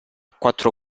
quattro